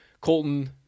Colton